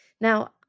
Now